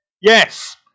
Yes